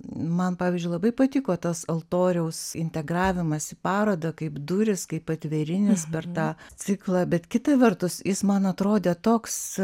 man pavyzdžiui labai patiko tas altoriaus integravimas į parodą kaip durys kaip atvėrinis per tą ciklą bet kita vertus jis man atrodė toks